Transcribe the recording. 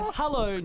hello